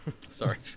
Sorry